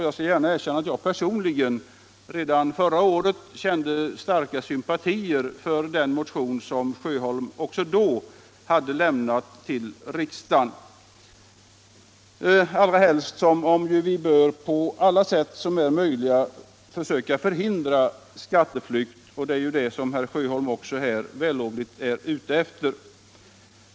Jag skall erkänna att jag personligen redan förra året kände starka sympatier för denna motion, som herr Sjöholm också då hade väckt. Vi bör på alla möjliga sätt söka förhindra skatteflykt, och det är vad herr Sjöholm vällovligt är ute efter.